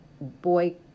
boy